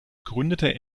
gründete